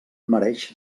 mereix